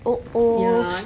uh oh